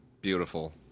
Beautiful